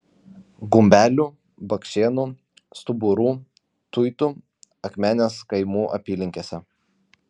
gumbelių bakšėnų stuburų tuitų akmenės kaimų apylinkėse